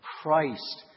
Christ